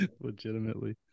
legitimately